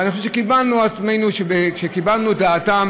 ואני חושב שקיבלנו על עצמנו כשקיבלנו את דעתם